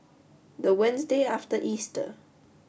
the Wednesday after Easter